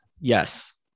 Yes